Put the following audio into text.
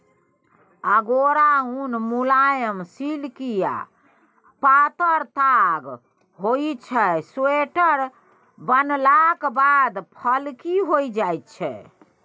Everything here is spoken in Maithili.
अगोरा उन मुलायम, सिल्की आ पातर ताग होइ छै स्वेटर बनलाक बाद फ्लफी होइ छै